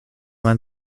man